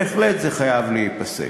זה בהחלט חייב להיפסק.